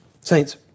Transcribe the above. Saints